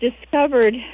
discovered